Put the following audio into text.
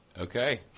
Okay